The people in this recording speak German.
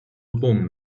rom